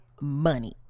money